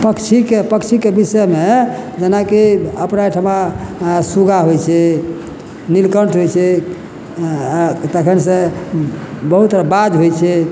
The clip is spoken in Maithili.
पक्षीके पक्षीके विषयमे जेनाकि अपना एहिठमा सुगा होइ छै नीलकण्ठ होइ छै तखन से बहुत बाज होइ छै